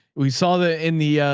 we saw the, in the,